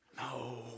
no